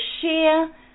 share